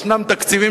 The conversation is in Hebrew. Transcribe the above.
יש תקציבים,